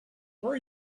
where